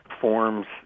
forms